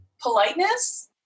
Politeness